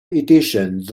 editions